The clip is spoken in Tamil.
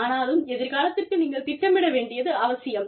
ஆனாலும் எதிர்காலத்திற்காக நீங்கள் திட்டமிட வேண்டியது அவசியம்